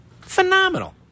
Phenomenal